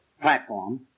platform